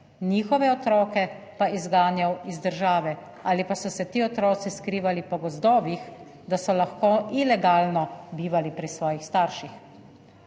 njihove otroke pa izganjal iz države ali pa so se ti otroci skrivali po gozdovih, da so lahko ilegalno bivali pri svojih starših.